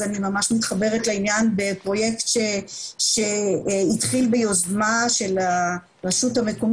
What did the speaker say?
אז אני ממש מתחברת לעניין בפרויקט שהתחיל ביוזמה של המנהלת